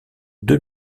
deux